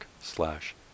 slash